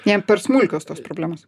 jam per smulkios tos problemos